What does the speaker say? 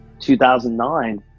2009